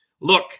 Look